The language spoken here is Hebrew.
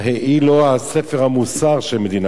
היא לא ספר המוסר של מדינת ישראל,